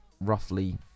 roughly